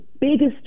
biggest